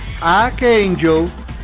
archangel